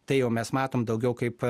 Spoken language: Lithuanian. tai jau mes matom daugiau kaip